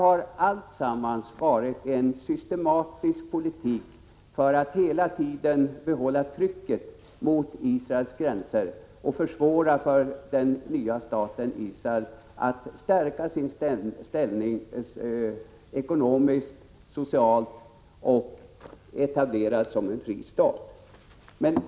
Alltsammans har varit en systematisk politik för att hela tiden behålla trycket mot Israels gränser och försvåra för den nya staten Israel att stärka sin ställning ekonomiskt och socialt och fungera som en fri stat.